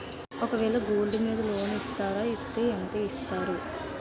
ఒక వేల గోల్డ్ మీద లోన్ ఇస్తారా? ఇస్తే ఎంత ఇస్తారు?